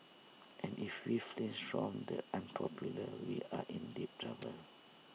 and if we flinch from the unpopular we are in deep trouble